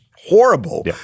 horrible